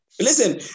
Listen